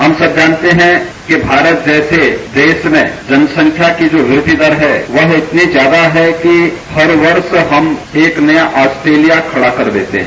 हम सब जानते हैं कि भारत जैसे देश में जनसंख्या की जो वृद्धि दर है वह इतनी ज्यादा है कि हर वर्ष हम एक नया आस्ट्रेलिया खड़ा कर देते हैं